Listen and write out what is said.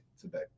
today